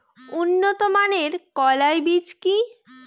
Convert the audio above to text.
উন্নত মানের কলাই বীজ কি?